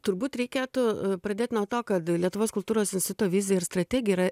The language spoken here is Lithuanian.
turbūt reikėtų pradėt nuo to kad lietuvos kultūros insuto vizija ir strategija